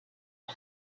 are